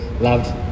loved